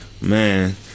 Man